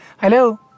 Hello